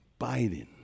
Biden